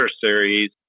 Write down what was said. Series